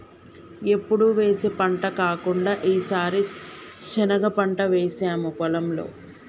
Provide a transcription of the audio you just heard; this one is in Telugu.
ఎప్పుడు వేసే పంట కాకుండా ఈసారి శనగ పంట వేసాము పొలంలో